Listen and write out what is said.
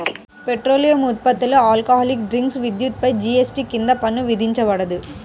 petroleum ఉత్పత్తులు, alcoholic drinks, విద్యుత్పై GST కింద పన్ను విధించబడదు